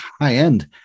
high-end